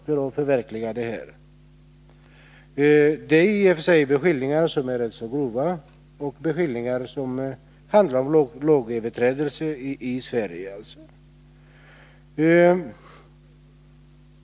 Det är beskyllningar som i och för sig är rätt grova och som handlar om lagöverträdelser i Sverige.